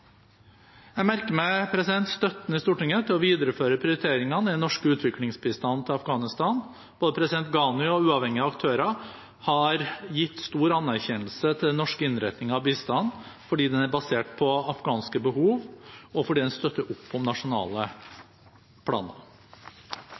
Jeg merker meg støtten i Stortinget til å videreføre prioriteringene i den norske utviklingsbistanden til Afghanistan. Både president Ghani og uavhengige aktører har gitt stor anerkjennelse til den norske innretningen av bistand fordi den er basert på afghanske behov, og fordi den støtter opp om nasjonale